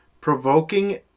provoking